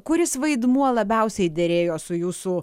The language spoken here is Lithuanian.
kuris vaidmuo labiausiai derėjo su jūsų